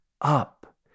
up